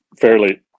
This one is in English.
fairly